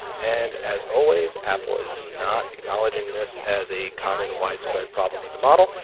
and as always apple is not acknowledging this as a common widespread problem with the model.